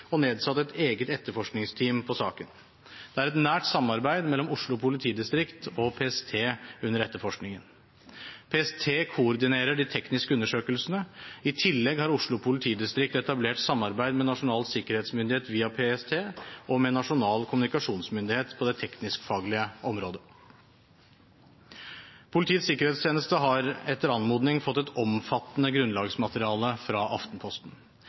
og nedsatte et eget etterforskningsteam i saken. Det er et nært samarbeid mellom Oslo politidistrikt og PST under etterforskningen. PST koordinerer de tekniske undersøkelsene. I tillegg har Oslo politidistrikt etablert samarbeid med Nasjonal sikkerhetsmyndighet via PST og med Nasjonal kommunikasjonsmyndighet på det teknisk-faglige området. Politiets sikkerhetstjeneste har etter anmodning fått et omfattende grunnlagsmateriale fra Aftenposten.